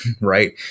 right